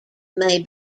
may